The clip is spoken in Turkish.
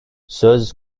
söz